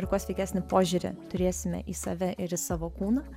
ir kuo sveikesnį požiūrį turėsime į save ir į savo kūną